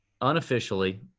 unofficially –